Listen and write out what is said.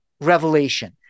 revelation